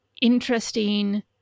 interesting